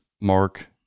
Mark